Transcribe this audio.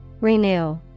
Renew